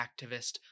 activist